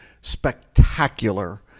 spectacular